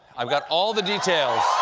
i've got all the details